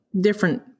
different